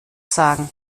sagen